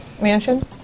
mansion